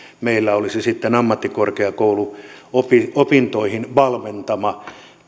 meillä olisi sitten ammattikorkeakouluopintoihin valmentava